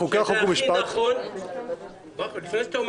חוק ומשפט --- לפני שאתה אומר